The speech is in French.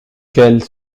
qu’elle